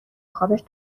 خابش